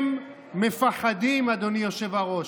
הם מפחדים, אדוני היושב-ראש.